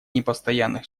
непостоянных